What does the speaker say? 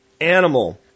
animal